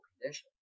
conditions